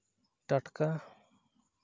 ᱴᱟᱴᱠᱟ